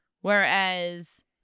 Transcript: whereas